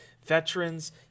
veterans